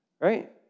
right